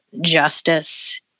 justice